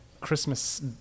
Christmas